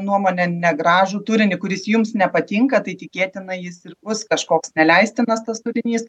nuomone negražų turinį kuris jums nepatinka tai tikėtina jis bus kažkoks neleistinas tas turinys